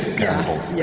candles. yeah